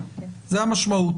זו המשמעות,